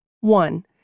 One